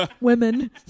Women